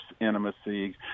intimacy